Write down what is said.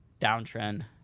downtrend